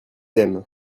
aime